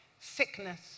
sickness